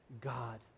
God